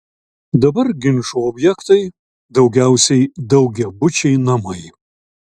dabar ginčų objektai daugiausiai daugiabučiai namai